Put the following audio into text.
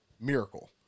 miracle